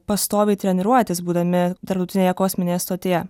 pastoviai treniruotis būdami tarptautinėje kosminėje stotyje